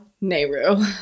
Nehru